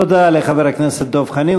תודה לחבר הכנסת דב חנין.